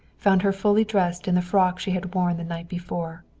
found her fully dressed in the frock she had worn the night before,